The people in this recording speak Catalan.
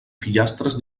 fillastres